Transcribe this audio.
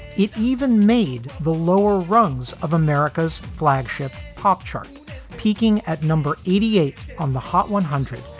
it even made the lower rungs of america's flagship pop chart peaking at number eighty eight on the hot one hundred.